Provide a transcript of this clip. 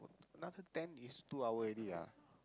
another ten is two hour already ah